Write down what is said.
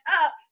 up